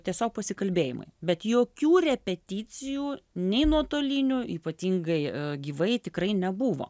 tiesiog pasikalbėjimai bet jokių repeticijų nei nuotolinių ypatingai gyvai tikrai nebuvo